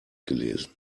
gelesen